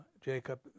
Jacob